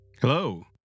Hello